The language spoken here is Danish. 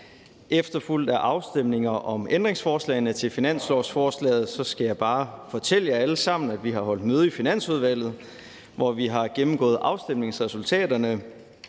efterfulgt af afstemninger om ændringsforslagene til finanslovsforslaget skal jeg bare fortælle jer alle sammen, at vi har holdt møde i Finansudvalget, hvor vi har gennemgået afstemningsresultaterne.